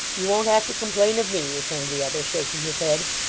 you won't have to complain of me returned the other, shaking his head.